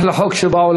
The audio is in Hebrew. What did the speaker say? אחלה חוק שבעולם.